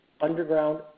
underground